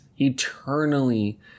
eternally